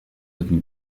looking